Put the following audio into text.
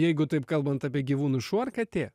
jeigu taip kalbant apie gyvūnus šuo ar katė